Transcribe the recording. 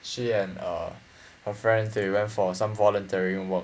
she and err her friends they went for some voluntary work